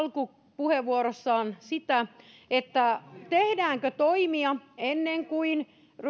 alkupuheenvuorossaan sitä tehdäänkö toimia ennen kuin